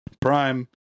Prime